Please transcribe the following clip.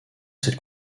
cette